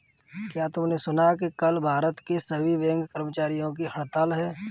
क्या तुमने सुना कि कल भारत के सभी बैंक कर्मचारियों की हड़ताल है?